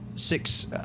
six